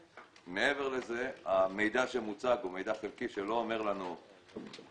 מעבר לזה המידע שמוצג הוא מידע חלקי שלא אומר לנו הרבה.